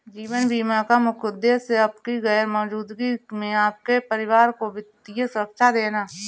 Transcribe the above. जीवन बीमा का मुख्य उद्देश्य आपकी गैर मौजूदगी में आपके परिवार को वित्तीय सुरक्षा देना